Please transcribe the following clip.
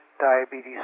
diabetes